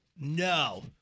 no